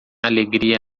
alegria